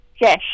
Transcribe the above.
Yes